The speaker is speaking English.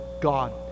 God